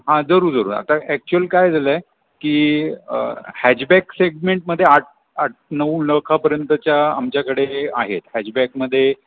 हां जरूर जरूर आता ॲक्चुअल काय झालं आहे की हॅजबॅक सेगमेंटमध्ये आठ आठ नऊ लाखापर्यंतच्या आमच्याकडे आहेत हॅजबॅकमध्ये